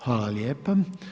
Hvala lijepa.